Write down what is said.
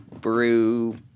Brew